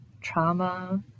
trauma